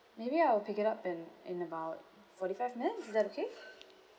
maybe I'll pick it up in in about forty five minutes is that okay